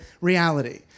reality